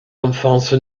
enfance